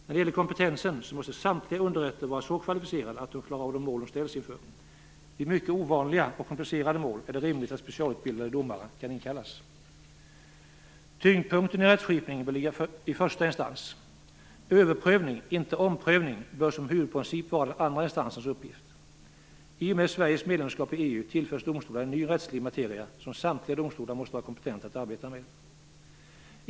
När det gäller kompetensen måste samtliga underrätter var så kvalificerade att de klarar av de mål de ställs inför. Vid mycket ovanliga och komplicerade mål är det rimligt att specialutbildade domare kan inkallas. Tyngdpunkten i rättsskipningen bör ligga i första instans. Överprövning, inte omprövning, bör som huvudprincip vara den andra instansens uppgift. I och med Sveriges medlemskap i EU tillförs domstolarna en ny rättslig materia som samtliga domstolar måste vara kompetenta att arbeta med.